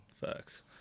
Facts